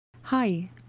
Hi